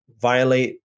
violate